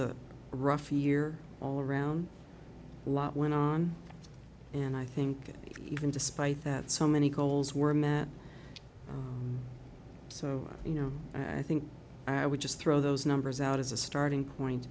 a rough year all around lot went on and i think that even despite that so many goals were met so you know i think i would just throw those numbers out as a starting